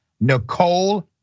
Nicole